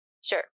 Sure